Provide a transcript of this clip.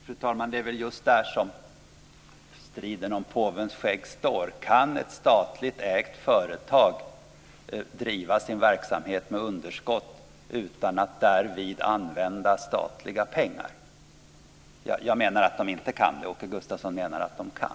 Fru talman! Det är väl just där som striden om påvens skägg står. Kan ett statligt ägt företag driva sin verksamhet med underskott utan att därvid använda statliga pengar? Jag menar att det inte kan det, och Åke Gustavsson menar att det kan.